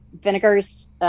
Vinegars